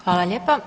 Hvala lijepa.